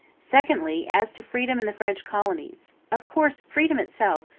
secondly, as to freedom in the french colonies. of course, freedom itself,